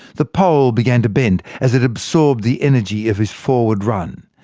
the pole began to bend, as it absorbed the energy of his forward run.